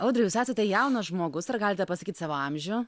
audriau jūs esate jaunas žmogus ar galite pasakyt savo amžių